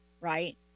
right